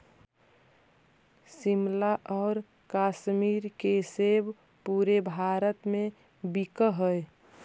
शिमला आउ कश्मीर के सेब पूरे भारत में बिकऽ हइ